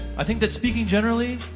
i think that speaking generally,